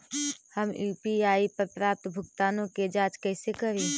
हम यु.पी.आई पर प्राप्त भुगतानों के जांच कैसे करी?